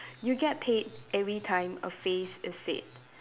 you get paid every time a phrase is said